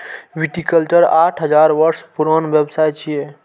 viticulture आठ हजार वर्ष पुरान व्यवसाय छियै